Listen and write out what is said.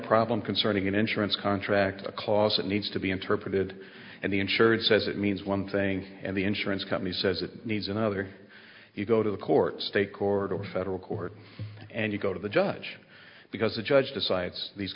problem concerning an insurance contract a clause that needs to be interpreted and the insured says it means one thing and the insurance company says it needs another you go to the court state court or federal court and you go to the judge because the judge decides these